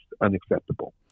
unacceptable